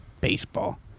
Baseball